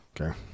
Okay